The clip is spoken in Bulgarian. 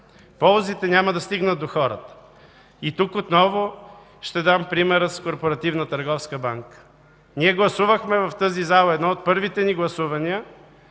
Ползите няма да стигнат до хората. И тук отново ще дам примера с Корпоративна търговска банка. Ние гласувахме в тази зала – едно от първите ни гласувания,